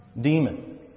demon